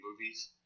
movies